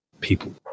people